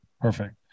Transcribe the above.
Perfect